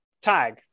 tag